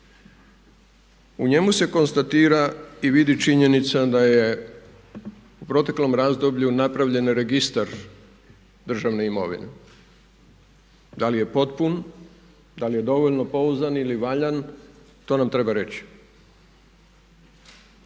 U njemu se konstatira i vidi činjenica da je u proteklom razdoblju napravljen registar državne imovine. Da li je potpun, da li je dovoljno pouzdan ili valjan to nam treba reći.